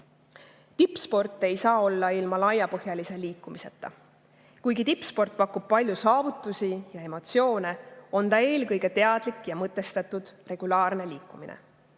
Tippsporti ei saa olla ilma laiapõhjalise liikumiseta. Kuigi tippsport pakub palju saavutusi ja emotsioone, on ta eelkõige teadlik ja mõtestatud regulaarne liikumine.